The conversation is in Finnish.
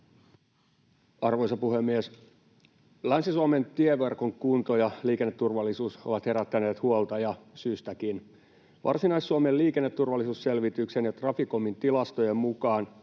Arvoisa puhemies! Länsi-Suomen tieverkon kunto ja liikenneturvallisuus ovat herättäneet huolta ja syystäkin. Varsinais-Suomen liikenneturvallisuusselvityksen ja Traficomin tilastojen mukaan